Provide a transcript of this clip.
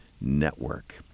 Network